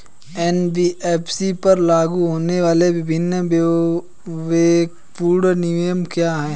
NBFC पर लागू होने वाले विभिन्न विवेकपूर्ण नियम क्या हैं?